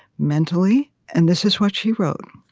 mentally. and this is what she wrote.